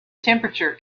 temperature